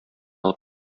алып